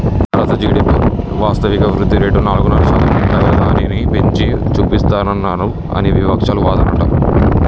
భారత జి.డి.పి వాస్తవిక వృద్ధిరేటు నాలుగున్నర శాతం ఉండగా దానిని పెంచి చూపిస్తానన్నారు అని వివక్షాలు వాదనట